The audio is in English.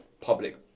public